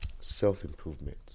Self-improvement